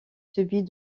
subit